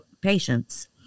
patients